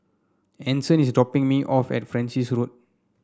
Anson is dropping me off at Francis Road